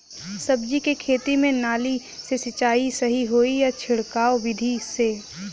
सब्जी के खेती में नाली से सिचाई सही होई या छिड़काव बिधि से?